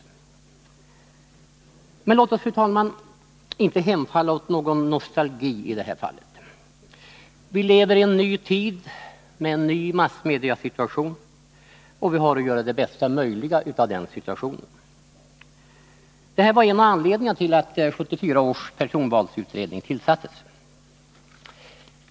117 Men låt oss, fru talman, inte hemfalla åt någon nostalgi i det här fallet. Vi lever i en ny tid med en ny massmediesituation, och vi har att göra det bästa möjliga av denna situation. Det här var en av anledningarna till att 1974 års personvalsutredning tillsattes.